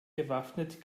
bewaffnet